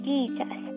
Jesus